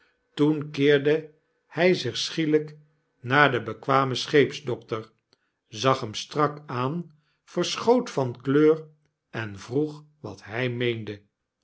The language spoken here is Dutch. toen keerde hij zich schielyk naar den bekwamen scheepsdokter zag hem strak aan verschoot van kleur en vroeg wat hy meende